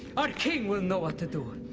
our king will know what to do.